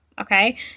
Okay